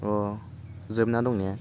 अ' जोबना दं ने